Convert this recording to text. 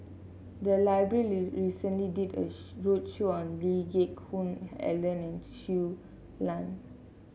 the library recently did a show roadshow on Lee Geck Hoon Ellen and Shui Lan